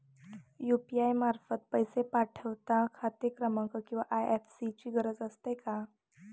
UPI मार्फत पैसे पाठवता खाते क्रमांक किंवा आय.एफ.एस.सी ची गरज असते का?